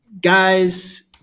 Guys